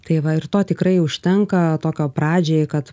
tai va ir to tikrai užtenka tokio pradžiai kad